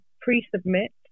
pre-submit